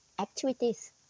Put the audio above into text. activities